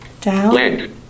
down